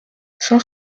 cent